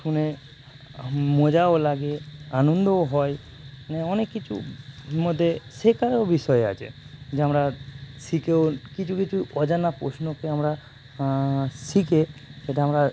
শুনে মজাও লাগে আনন্দও হয় মানে অনেক কিছুর মধ্যে শেখারও বিষয় আছে যে আমরা শিখেও কিছু কিছু অজানা প্রশ্নকে আমরা শিখে এটা আমরা